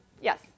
Yes